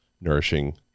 nourishing